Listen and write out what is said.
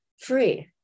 free